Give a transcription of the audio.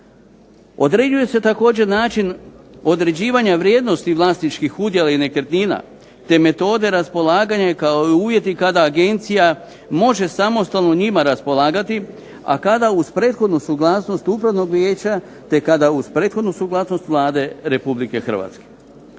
Određuje se također način određivanja vrijednosti vlasničkih udjela i nekretnina te metode raspolaganja kao i uvjeti kada agencija može samostalno njima raspolagati, a kada uz prethodnu suglasnost upravnog vijeća te kada uz prethodnu suglasnost Vlada Republike Hrvatske.